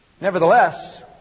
Nevertheless